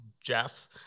Jeff